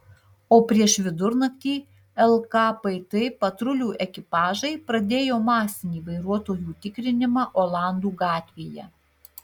o prieš vidurnaktį lkpt patrulių ekipažai pradėjo masinį vairuotojų tikrinimą olandų gatvėje